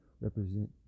represent